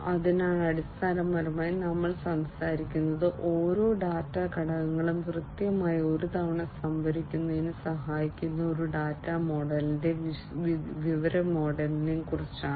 അതിനാൽ അടിസ്ഥാനപരമായി നമ്മൾ സംസാരിക്കുന്നത് ഓരോ ഡാറ്റാ ഘടകങ്ങളും കൃത്യമായി ഒരു തവണ സംഭരിക്കുന്നതിന് സഹായിക്കുന്ന ഒരു ഡാറ്റ മോഡലിനെയും വിവര മോഡലിനെയും കുറിച്ചാണ്